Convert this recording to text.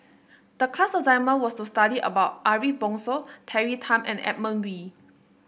the class assignment was to study about Ariff Bongso Terry Tan and Edmund Wee